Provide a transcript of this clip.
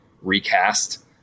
recast